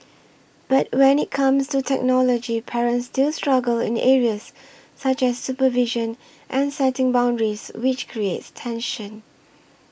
but when it comes to technology parents still struggle in areas such as supervision and setting boundaries which creates tension